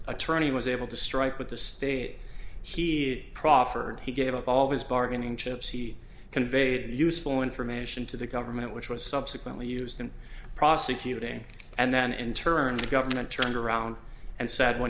attorney was able to strike with the state he proffered he gave up all his bargaining chips he conveyed useful information to the government which was subsequently used and prosecuting and then in turn the government turned around and said when